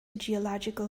geological